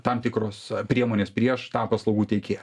tam tikros priemonės prieš tą paslaugų teikėją